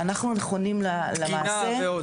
אנחנו נכונים למעשה --- תקינה ועוד.